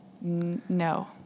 No